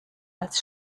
als